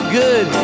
good